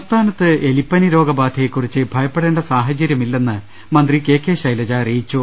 സംസ്ഥാനത്ത് എലിപ്പനിരോഗബാധയെ കുറിച്ച് ഭയപ്പെടേണ്ട സാഹചര്യമില്ലെന്ന് മന്ത്രി കെ കെ ശൈലജ അറിയിച്ചു